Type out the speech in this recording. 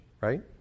right